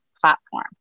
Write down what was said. platform